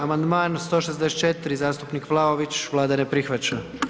Amandman 164. zastupnik Vlaović, Vlada ne prihvaća.